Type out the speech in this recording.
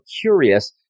curious